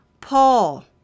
Paul